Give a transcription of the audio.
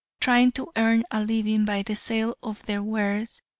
trying to earn a living by the sale of their wares,